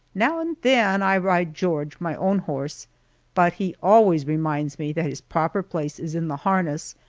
now and then i ride george my own horse but he always reminds me that his proper place is in the harness,